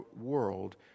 world